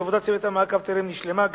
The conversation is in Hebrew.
כי עבודת צוות המעקב טרם נשלמה.